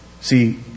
See